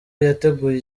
yateguye